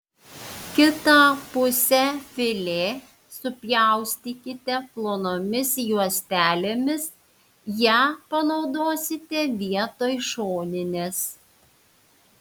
kitą pusę filė susipjaustykite plonomis juostelėmis ją panaudosite vietoj šoninės